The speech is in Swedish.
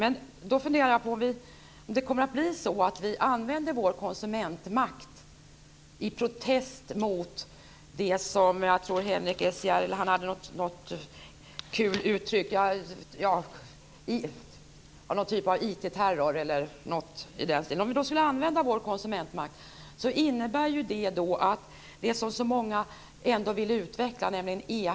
Men om vi använder vår konsumentmakt i protest mot det som Henrik S Järrel kallade med ett kul uttryck IT-terror, innebär det att e-handeln kommer till skada - den som så många vill utveckla.